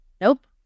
nope